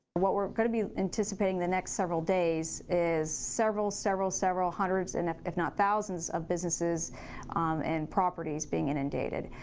what we're gonna be anticipating the next several days is several several several hundreds and if if not thousands of businesses and properties being inundated.